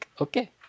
okay